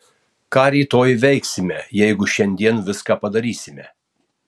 ką rytoj veiksime jeigu šiandien viską padarysime